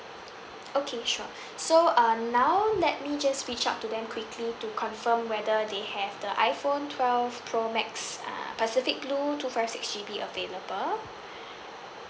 okay sure so uh now let me just reach out to them quickly to confirm whether they have the iPhone twelve pro max uh pacific blue two five six G_B available